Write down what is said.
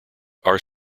are